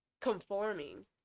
conforming